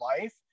life